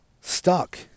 Stuck